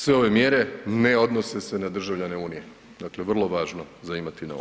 Sve ove mjere ne odnose se na državljane unije, dakle vrlo važno za imati na umu.